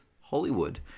Hollywood